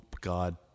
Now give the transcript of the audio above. god